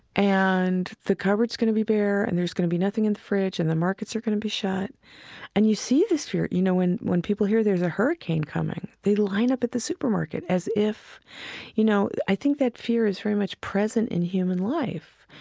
and the cupboard's going to be bare, and there's going to be nothing in the fridge, and the markets are going to be shut and you see this fear, you know, when when people hear there's a hurricane coming, they line up at the supermarket as if you know, i think that fear is very much present in human life.